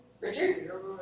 Richard